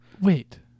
Wait